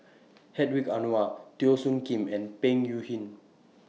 Hedwig Anuar Teo Soon Kim and Peng Yuyun